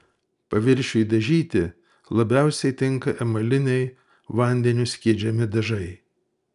paviršiui dažyti labiausiai tinka emaliniai vandeniu skiedžiami dažai